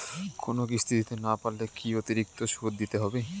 কোনো কিস্তি দিতে না পারলে কি অতিরিক্ত সুদ দিতে হবে?